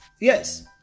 yes